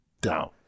down